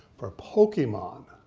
for pokemon,